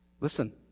Listen